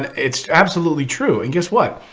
it's absolutely true. and guess what?